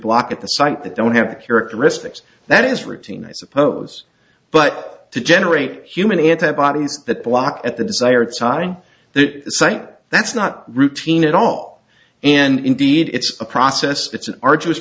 block at the site they don't have characteristics that is routine i suppose but to generate human antibodies that block at the desired citing that site that's not routine at all and indeed it's a process it's an arduous